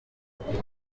kwigira